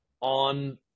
on